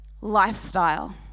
lifestyle